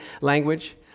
language